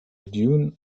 dune